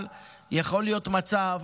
אבל יכול להיות מצב